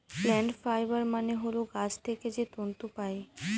plant fibre মানে হল গাছ থেকে যে তন্তু পায়